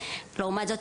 ולעומת זאת,